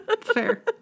Fair